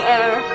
air